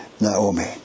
Naomi